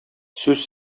сүз